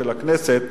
של הכנסת,